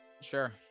Sure